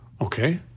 Okay